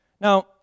Now